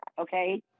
Okay